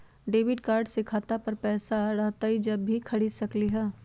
Debit card से खाता पर पैसा रहतई जब ही खरीद सकली ह?